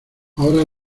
ahora